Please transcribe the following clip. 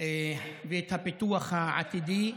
ואת הפיתוח העתידי.